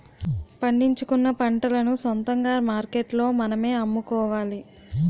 పండించుకున్న పంటలను సొంతంగా మార్కెట్లో మనమే అమ్ముకోవాలి